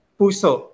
puso